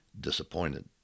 disappointed